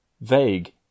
vague